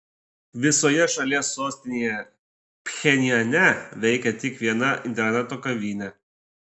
visoje šalies sostinėje pchenjane veikia tik viena interneto kavinė